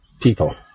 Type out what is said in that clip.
people